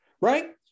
right